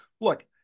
look